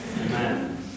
Amen